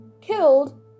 killed